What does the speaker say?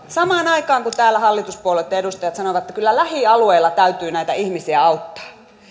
samaan aikaan kun täällä hallituspuolueitten edustajat sanovat että kyllä lähialueilla täytyy näitä ihmisiä auttaa